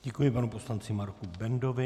Děkuji panu poslanci Marku Bendovi.